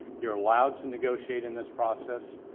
you're allowed to negotiate in this process.